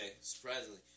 surprisingly